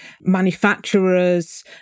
manufacturers